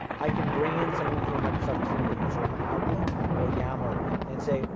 i can bring in someone into a microsoft teams or outlook or yammer and say,